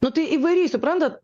nu tai įvariai suprantat